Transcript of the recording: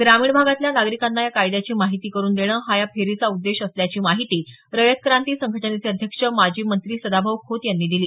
ग्रामीण भागातल्या नागरिकांना या कायद्याची माहिती करून देणं हा या फेरीचा उद्देश असल्याची माहिती रयत क्रांती संघटनेचे अध्यक्ष माजी मंत्री सदाभाऊ खोत यांनी दिली